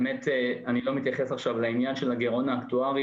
באמת אני לא מתייחס עכשיו לעניין של הגירעון האקטוארי.